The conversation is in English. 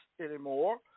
anymore